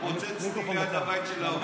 שרק לפיד לא יפטר אתכם,